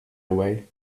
away